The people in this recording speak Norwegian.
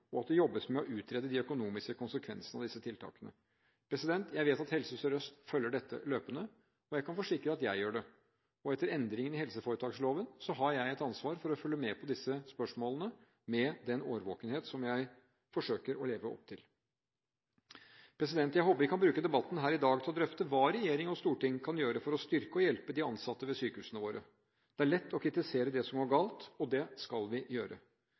og at det jobbes med å utrede de økonomiske konsekvensene av disse tiltakene. Jeg vet at Helse Sør-Øst følger dette løpende, og jeg kan forsikre at jeg gjør det. Etter endringene i helseforetaksloven har jeg et ansvar for å følge med på disse spørsmålene, med den årvåkenhet som jeg forsøker å legge opp til. Jeg håper vi kan bruke debatten her i dag til å drøfte hva regjeringen og Stortinget kan gjøre for å styrke og hjelpe de ansatte ved sykehusene våre. Det er lett å kritisere det som går galt, og det skal vi gjøre.